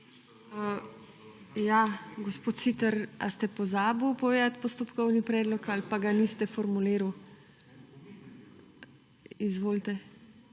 Gospod Siter, ali ste pozabili povedati postopkovni predlog ali pa ga niste formulirali. Izvolite.